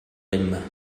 القمة